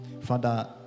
Father